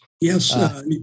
Yes